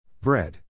Bread